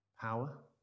power